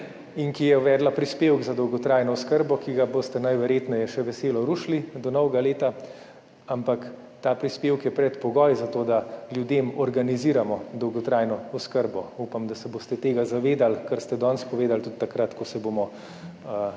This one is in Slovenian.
in ki je uvedla prispevek za dolgotrajno oskrbo, ki ga boste najverjetneje še veselo rušili do novega leta, ampak ta prispevek je predpogoj za to, da ljudem organiziramo dolgotrajno oskrbo. Upam, da se boste tega zavedali, kar ste danes povedali, tudi takrat, ko se bomo,